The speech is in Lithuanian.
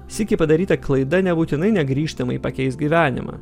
sykį padaryta klaida nebūtinai negrįžtamai pakeis gyvenimą